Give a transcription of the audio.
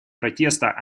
протеста